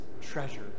treasure